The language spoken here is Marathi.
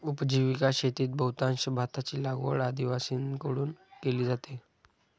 उपजीविका शेतीत बहुतांश भाताची लागवड आदिवासींकडून केली जाते